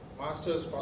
master's